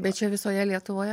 bet čia visoje lietuvoje